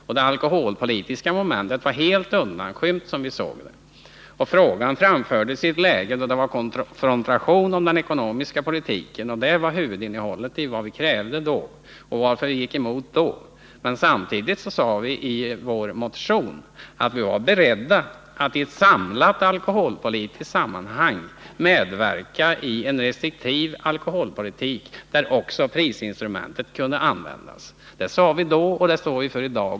Det alkoholpolitiska momentet var helt undanskymt, så som vi såg det. Förslaget framfördes i ett läge då det var konfrontation om den ekonomiska politiken. Det var alltså huvudskälet till att vi då gick emot förslaget, men samtidigt sade vi i vår motion att vi var beredda att i ett samlat alkoholpolitiskt sammanhang medverka till en restriktiv alkoholpolitik, där också prisinstrumentet kunde användas. Det sade vi då, och det står vi för i dag.